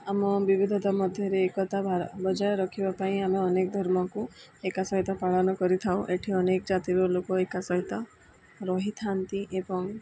ଆମ ବିବିଧତା ମଧ୍ୟରେ ଏକତା ବଜାୟ ରଖିବା ପାଇଁ ଆମେ ଅନେକ ଧର୍ମକୁ ଏକା ସହିତ ପାଳନ କରିଥାଉ ଏଠି ଅନେକ ଜାତିର ଲୋକ ଏକା ସହିତ ରହିଥାନ୍ତି ଏବଂ